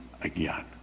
again